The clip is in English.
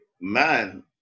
man